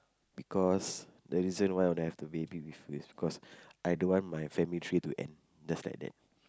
because the reason why I want have a baby with with cause I don't want my family tree to end just like that